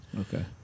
Okay